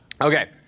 Okay